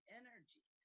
energy